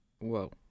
Whoa